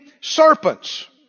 serpents